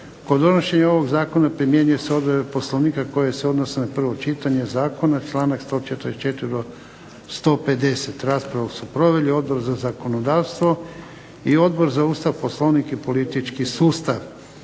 Kod donošenja ovog zakona primjenjuju se odredbe Poslovnika koje se odnose na prvo čitanje zakona, članak 144. do 150. Raspravu su proveli Odbor za zakonodavstvo i Odbor za Ustav, Poslovnik i politički sustav.